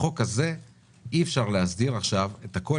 בחוק הזה אי אפשר להסדיר עכשיו את הכול